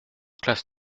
classe